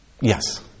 Yes